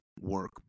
work